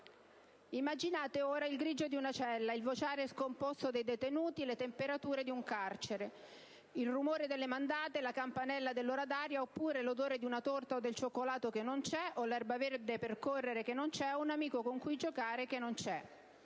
Immaginate ora il grigio di una cella, il vociare scomposto dei detenuti, le temperature di un carcere, il rumore delle mandate, la campanella dell'ora d'aria oppure l'odore di una torta o del cioccolato che non c'è, l'erba verde per correre che non c'è o un amico con cui giocare che non c'è.